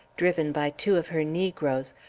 driven by two of her negroes,